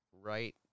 right